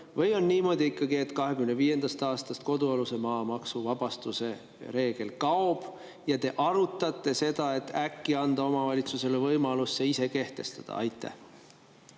või on ikkagi niimoodi, et 2025. aastast kodualuse maa maksuvabastuse reegel kaob, ja te arutate seda, et äkki anda omavalitsusele võimalus see ise kehtestada. Aitäh!